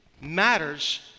matters